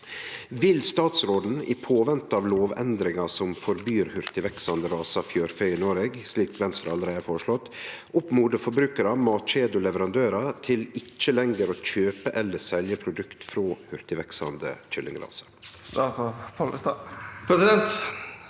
Vil statsråden, i påvente av lovendringar som forbyr hurtigveksande rasar fjørfe i Noreg, slik Venstre allereie har foreslått, oppmode forbrukarar, matkjeder og leverandørar til ikkje lenger å kjøpe eller selje produkt frå hurtigveksande kyllingrasar?»